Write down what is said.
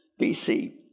BC